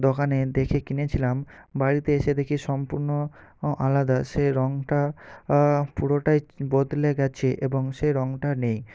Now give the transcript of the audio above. দোকানে দেখে কিনেছিলাম বাড়িতে এসে দেখি সম্পূর্ণ আলাদা সে রঙটা পুরোটাই বদলে গেছে এবং সে রঙটা নেই